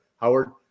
Howard